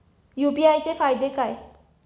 UPI चे फायदे काय?